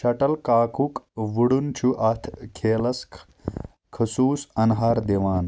shuttle كاکُک وُڈٕنۍ چھٗ اتھ كھٮ۪لس خصوٗص انہار دِوان